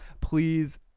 please